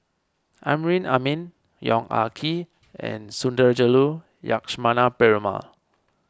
Amrin Amin Yong Ah Kee and Sundarajulu Lakshmana Perumal